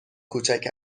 کوچک